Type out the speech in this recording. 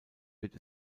wird